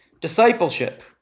discipleship